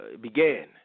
began